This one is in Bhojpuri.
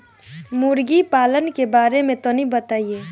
मुर्गी पालन के बारे में तनी बताई?